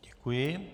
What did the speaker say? Děkuji.